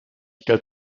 geld